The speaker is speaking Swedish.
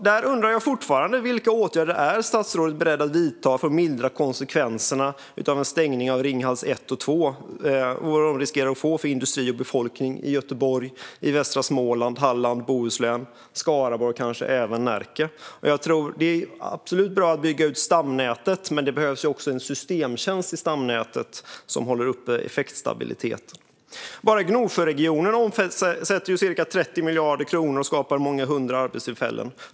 Jag undrar fortfarande vilka åtgärder statsrådet är beredd att vidta för att mildra de konsekvenser en stängning av Ringhals 1 och 2 riskerar att få för industri och befolkning i Göteborg, västra Småland, Halland, Bohuslän, Skaraborg och kanske även Närke. Det är bra att stamnätet byggs ut, men det behövs också en systemtjänst i stamnätet som håller uppe effektstabiliteten. Bara Gnosjöregionen omsätter ca 30 miljarder kronor och skapar många hundra arbetstillfällen.